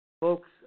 Folks